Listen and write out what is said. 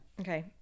Okay